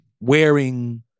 wearing